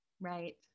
right